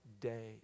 day